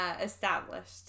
established